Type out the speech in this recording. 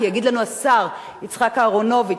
כי יגיד לנו השר יצחק אהרונוביץ,